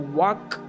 walk